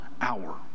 hour